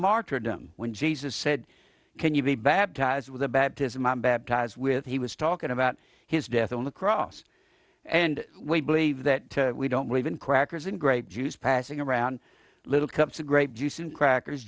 martyrdom when jesus said can you be baptized with the baptism i baptize with he was talking about his death on the cross and we believe that we don't believe in crackers and grape juice passing around little cups a grape juice and crackers